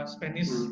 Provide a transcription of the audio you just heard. Spanish